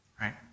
right